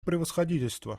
превосходительство